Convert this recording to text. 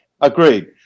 Agreed